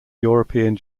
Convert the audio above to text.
european